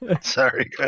Sorry